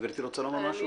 גברתי רוצה לומר משהו?